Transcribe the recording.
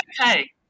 okay